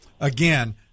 again